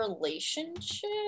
relationship